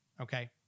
Okay